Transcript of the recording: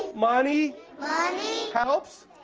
money helps